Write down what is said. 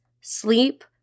sleep